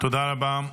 תודה רבה.